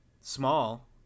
small